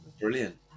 brilliant